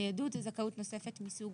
ניידות היא זכאות נוספת מסוג